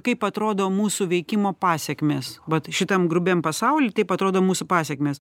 kaip atrodo mūsų veikimo pasekmės vat šitam grubiam pasauly taip atrodo mūsų pasekmės